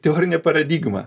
teorinė paradigma